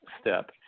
step